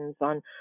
on